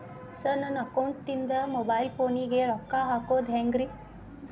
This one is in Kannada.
ಸರ್ ನನ್ನ ಅಕೌಂಟದಿಂದ ಮೊಬೈಲ್ ಫೋನಿಗೆ ರೊಕ್ಕ ಹಾಕೋದು ಹೆಂಗ್ರಿ?